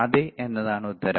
അതെ എന്നതാണ് ഉത്തരം